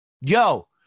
Yo